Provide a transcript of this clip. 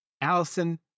Allison